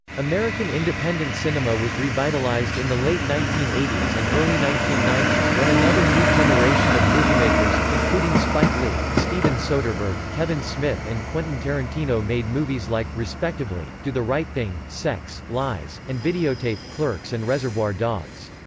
american independent cinema was revitalized in the late nineteen eighty s and early nineteen ninety s when another new generation of moviemakers, including spike lee, steven soderbergh, kevin smith and quentin tarantino made movies like, respectively do the right thing, sex, lies, and videotape, clerks and reservoir dogs.